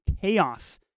Chaos